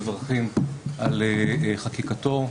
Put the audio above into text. מברכים על חקיקתו.